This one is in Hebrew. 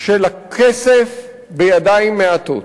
של הכסף בידיים מעטות